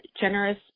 generous